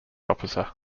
officer